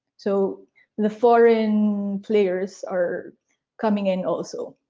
so the foreign players are coming in also.